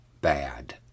bad